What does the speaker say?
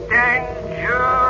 danger